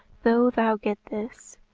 though thou get this,